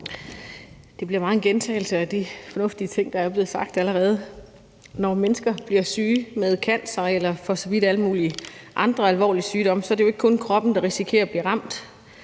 Det bliver meget en gentagelse af de fornuftige ting, der allerede er blevet sagt. Når mennesker bliver syge med cancer eller for så vidt alle mulige andre alvorlige sygdomme, er det jo ikke kun kroppen, der risikerer at blive ramt.